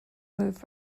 move